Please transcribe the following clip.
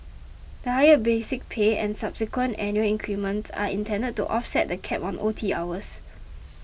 the higher basic pay and subsequent annual increments are intended to offset the cap on O T hours